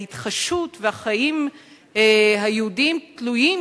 ההתחדשות והחיים היהודיים תלויים,